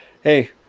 Hey